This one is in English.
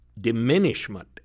diminishment